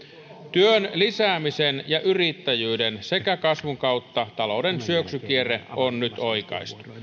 työn lisäämisen ja yrittäjyyden sekä kasvun kautta talouden syöksykierre on nyt oikaistu